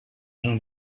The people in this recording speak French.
jean